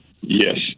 Yes